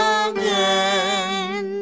again